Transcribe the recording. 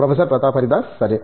professor Pratap Haridas సరే